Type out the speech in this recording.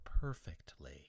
perfectly